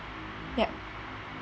ya